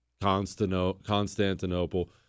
Constantinople